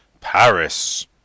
Paris